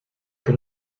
que